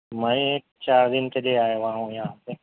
میں چار دن کے لیے آیا ہوا ہوں یہاں پہ